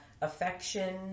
affection